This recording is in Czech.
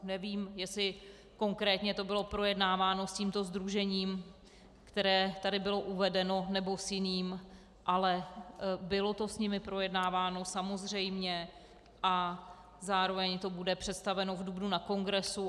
Nevím, jestli konkrétně to bylo projednáváno s tímto sdružením, které tady bylo uvedeno, nebo s jiným, ale bylo to s nimi projednáváno samozřejmě a zároveň to bude představeno v dubnu na kongresu.